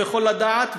לא יכול לדעת.